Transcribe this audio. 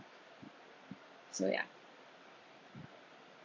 so ya